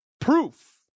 proof